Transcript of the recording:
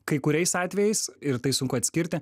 kai kuriais atvejais ir tai sunku atskirti